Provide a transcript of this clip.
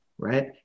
right